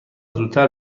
زودتر